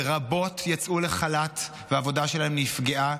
ורבות יצאו לחל"ת והעבודה שלהן נפגעה,